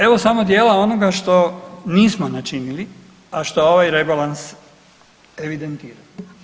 Evo samo dijela onoga što nismo načinili, a što ovaj rebalans evidentira.